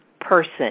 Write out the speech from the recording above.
person